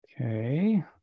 okay